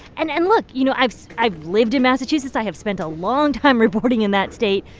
and and, look. you know, i've i've lived in massachusetts. i have spent a long time reporting in that state.